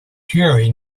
jerry